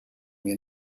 mir